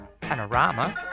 Panorama